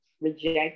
reject